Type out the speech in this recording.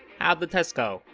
how'd the test go?